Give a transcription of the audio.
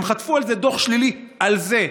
הם חטפו על זה דוח שלילי, על זה.